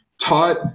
taught